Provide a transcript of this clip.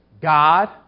God